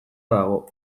dago